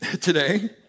today